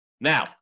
Now